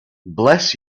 bless